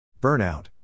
Burnout